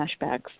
flashbacks